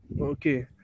okay